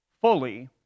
fully